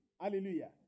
Hallelujah